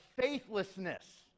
faithlessness